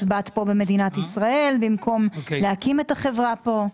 בת פה במדינת ישראל במקום להקים את החברה פה?